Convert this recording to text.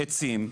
עצים,